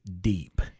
deep